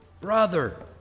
brother